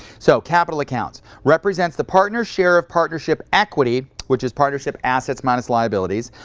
so capital accounts represents the partner's share of partnership equity, which is partnership assets minus liabilities.